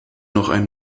noch